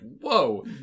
whoa